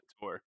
tour